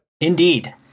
Indeed